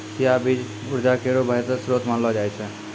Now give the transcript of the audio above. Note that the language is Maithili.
चिया बीज उर्जा केरो बेहतर श्रोत मानलो जाय छै